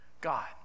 God